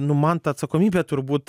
nu man ta atsakomybė turbūt